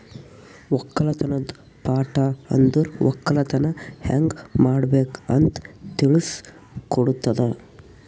ಒಕ್ಕಲತನದ್ ಪಾಠ ಅಂದುರ್ ಒಕ್ಕಲತನ ಹ್ಯಂಗ್ ಮಾಡ್ಬೇಕ್ ಅಂತ್ ತಿಳುಸ್ ಕೊಡುತದ